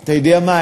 אתה יודע מה?